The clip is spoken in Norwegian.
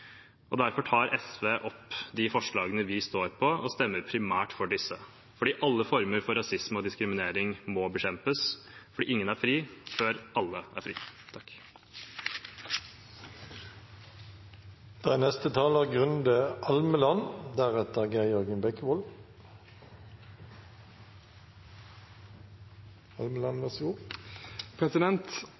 og derfor tar SV opp de forslagene vi er med på og stemmer primært for disse – fordi alle former for rasisme og diskriminering må bekjempes, fordi ingen er fri før alle er fri.